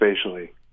spatially